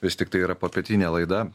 vis tiktai yra popietinė laida